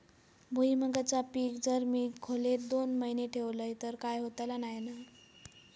भुईमूगाचा पीक जर मी खोलेत दोन महिने ठेवलंय तर काय होतला नाय ना?